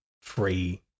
free